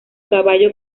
caballo